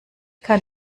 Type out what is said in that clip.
kann